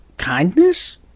kindness